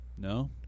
No